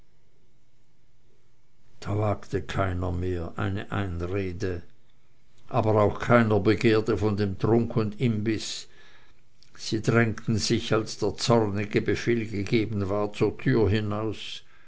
wagte keiner mehr eine einrede aber auch keiner begehrte von dem trunk und imbiß sie drängten sich als der zornige befehl gegeben war zur türe hinaus